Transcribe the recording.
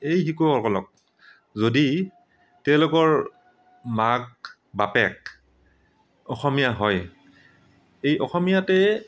এই শিশুসকলক যদি তেওঁলোকৰ মাক বাপেক অসমীয়া হয় এই অসমীয়াতে